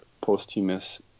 posthumous